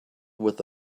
with